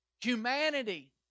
humanity